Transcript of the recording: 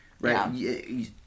right